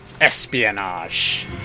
Espionage